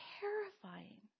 terrifying